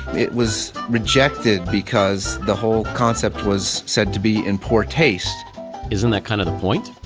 it was rejected because the whole concept was said to be in poor taste isn't that kind of the point?